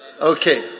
Okay